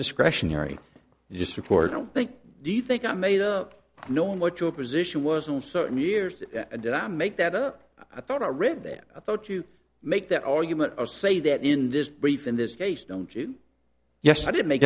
discretionary you just report i think do you think i made up knowing what your position was in certain years did i make that or i thought a river that i thought you make that argument or say that in this brief in this case don't you yes i did make